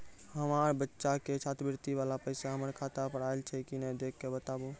हमार बच्चा के छात्रवृत्ति वाला पैसा हमर खाता पर आयल छै कि नैय देख के बताबू?